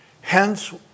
Hence